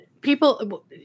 people